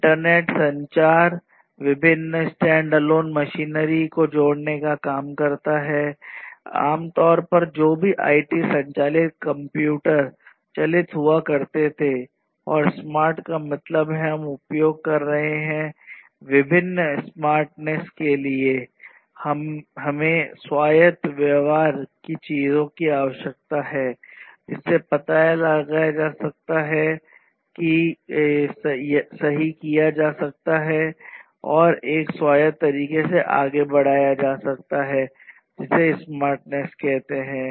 internet संचार विभिन्न standalone मशीनरी को जोड़ने का काम करता है आमतौर पर जो सभी आईटी संचालित कंप्यूटर चालित हुआ करते थे और स्मार्ट का मतलब हम उपयोग कर रहे हैं विभिन्न स्मार्टनेस के लिए हमें स्वायत्त व्यवहार की चीजों की आवश्यकता है जिनका पता लगाया जा सकता है सही किया जा सकता है और एक स्वायत्त तरीके से आगे बढ़ाया जा सके जिसे स्मार्टनेस कहते है